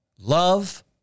Love